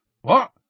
What